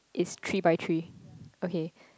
is three by three okay